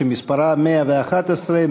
שמספרה 111,